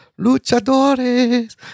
Luchadores